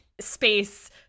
space